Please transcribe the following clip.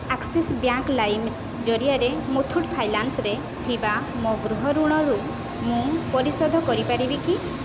Axis bank ଲାଇମ୍ ଜରିଆରେ ମୁଥୁଟ୍ ଫାଇନାନ୍ସରେ ଥିବା ମୋ ଗୃହଋଣ ମୁଁ ପରିଶୋଧ କରିପାରିବି କି